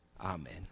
amen